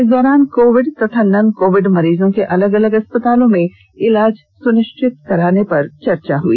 इस दौरान कोविड तथा ननकोविड मरीर्जो के अलग अलग अस्पतालों में ईलाज सुनिश्चित कराने पर चर्चा हुई